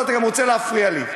ואתה גם רוצה להפריע לי.